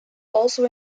also